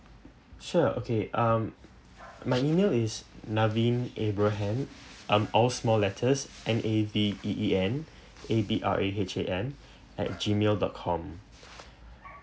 sure okay um my email is naveen abraham um all small letters N A V E E N A B R A H A M at G mail dot com